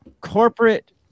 corporate